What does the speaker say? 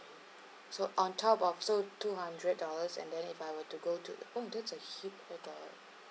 so on top of so two hundred dollars and then if I were to go to oh that's a huge with the